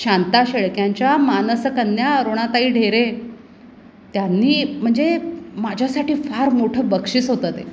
शांता शेळक्यांच्या मानसकन्या अरूणाताई ढेरे त्यांनी म्हणजे माझ्यासाठी फार मोठं बक्षीस होतं ते